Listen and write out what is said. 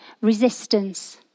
resistance